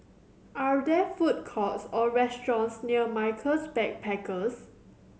are there food courts or restaurants near Michaels Backpackers